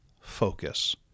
focus